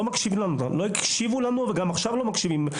לא הקשיבו לנו וגם עכשיו לא מקשיבים לנו.